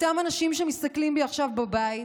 אותם אנשים שמסתכלים בי עכשיו בבית,